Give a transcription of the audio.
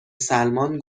سلمان